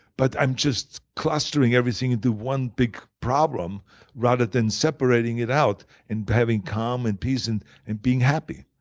but i'm just clustering everything into one big problem rather than separating it out and having calm and peace and and being happy.